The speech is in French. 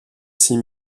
six